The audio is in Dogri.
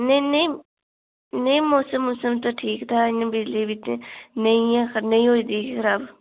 नेईं नेईं नेईं मौसम मूसम ते ठीक हा इ'यां बिजली बिच नेईं नेईं होई दी ही खराब